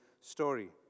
story